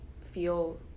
feel